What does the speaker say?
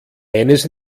eines